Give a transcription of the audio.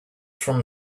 from